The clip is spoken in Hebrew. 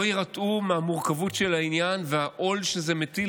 יירתעו מהמורכבות של העניין ומהעול שזה מטיל,